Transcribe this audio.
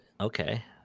okay